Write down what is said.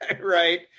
right